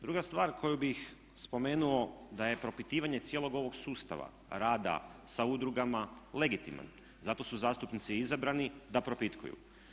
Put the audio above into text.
Druga stvar koju bih spomenuo da je propitivanje cijelog ovog sustava rada sa udrugama legitiman, zato su zastupnici izabrani da propitkuju.